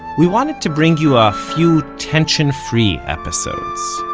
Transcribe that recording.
we wanted to bring you a few tension-free episodes,